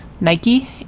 Nike